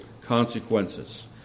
consequences